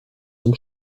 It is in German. zum